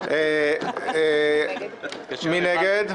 בעד, מי נגד?